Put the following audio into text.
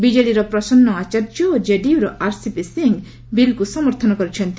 ବିଜେଡିର ପ୍ରସନ୍ନ ଆଚାର୍ଯ୍ୟ ଓ କେଡିୟୁର ଆରସିପି ସିଂହ ବିଲ୍କୁ ସମର୍ଥନ କରିଛନ୍ତି